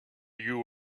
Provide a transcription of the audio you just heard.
you